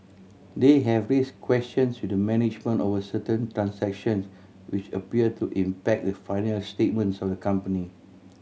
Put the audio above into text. they have raise questions with management over certain transaction which appear to impact the financial statements of the company